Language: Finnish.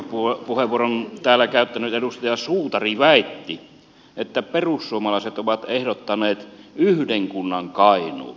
kokoomuksen ryhmäpuheenvuoron täällä käyttänyt edustaja suutari väitti että perussuomalaiset ovat ehdottaneet yhden kunnan kainuuta